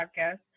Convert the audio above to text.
podcast